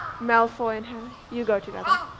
malfoy and you go together.